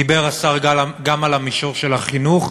דיבר השר גם על המישור של החינוך,